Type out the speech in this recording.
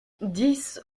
dix